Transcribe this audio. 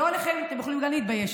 גם אתם יכולים להתבייש,